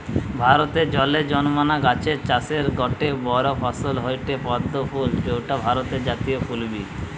ভারতে জলে জন্মানা গাছের চাষের গটে বড় ফসল হয়ঠে পদ্ম ফুল যৌটা ভারতের জাতীয় ফুল বি